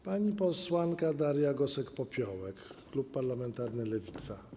Pani posłanka Daria Gosek-Popiołek, klub parlamentarny Lewica.